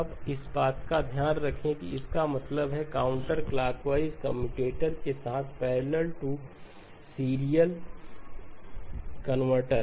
अब इस बात का ध्यान रखें कि इसका मतलब है काउंटरक्लॉकवाइज कम्यूटेटर के साथ पैरलल टू सीरियल कनवर्टर